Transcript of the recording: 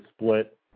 split